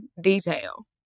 detail